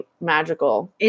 magical